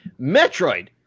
Metroid